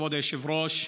כבוד היושב-ראש,